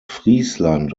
friesland